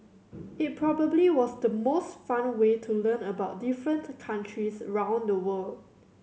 it probably was the most fun way to learn about different countries round the world